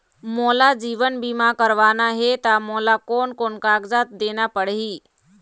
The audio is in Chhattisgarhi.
मोला जीवन बीमा करवाना हे ता मोला कोन कोन कागजात देना पड़ही?